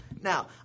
Now